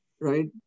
right